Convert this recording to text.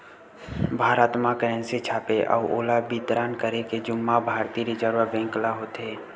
भारत म करेंसी छापे अउ ओला बितरन करे के जुम्मा भारतीय रिजर्व बेंक ल होथे